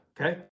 okay